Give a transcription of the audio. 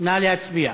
נא להצביע.